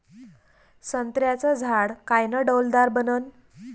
संत्र्याचं झाड कायनं डौलदार बनन?